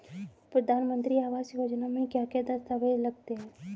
प्रधानमंत्री आवास योजना में क्या क्या दस्तावेज लगते हैं?